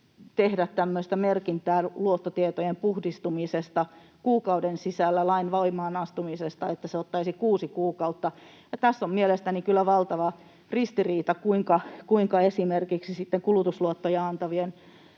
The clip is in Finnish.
merkintää luottotietojen puhdistumisesta kuukauden sisällä lain voimaan astumisesta vaan että se ottaisi kuusi kuukautta. Tässä on mielestäni kyllä valtava ristiriita, kuinka esimerkiksi sitten kulutusluottoja antavien